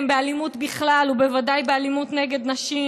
באלימות בכלל ובוודאי באלימות נגד נשים,